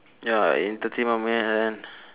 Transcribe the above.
ya entertainment man and